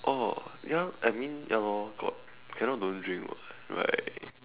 oh ya I mean ya lor got cannot don't drink [what] right